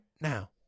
now